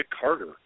Carter